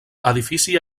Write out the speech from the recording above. edifici